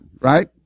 right